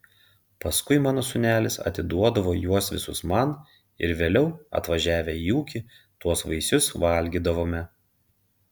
paskui mano sūnelis atiduodavo juos visus man ir vėliau atvažiavę į ūkį tuos vaisius valgydavome